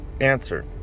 Answer